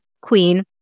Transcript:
queen